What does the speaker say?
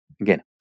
Again